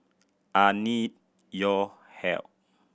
I need your help